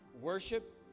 worship